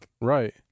Right